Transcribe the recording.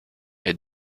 est